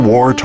War